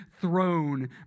throne